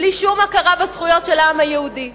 בלי שום הכרה בזכויות של העם היהודי.